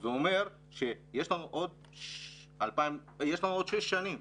זה אומר שיש לנו עוד שש שנים.